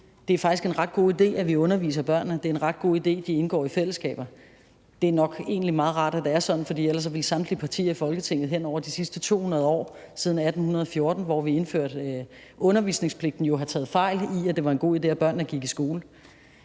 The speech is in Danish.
at det faktisk er en ret god idé, at vi underviser børnene. Det er en ret god idé, de indgår i fællesskaber. Det er nok egentlig meget rart, at det er sådan, for ellers ville samtlige partier i Folketinget hen over de sidste 200 år – siden 1814, hvor vi indførte undervisningspligten – jo have taget fejl i, at et var en god idé, at børnene gik i skole.